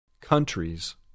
Countries